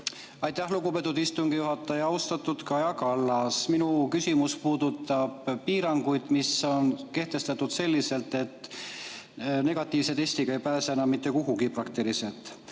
Aitäh, lugupeetud istungi juhataja! Austatud Kaja Kallas! Minu küsimus puudutab piiranguid, mis on kehtestatud selliselt, et negatiivse testiga ei pääse enam praktiliselt